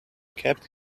kept